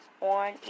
on